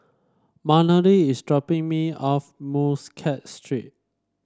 Melony is dropping me off Muscat Street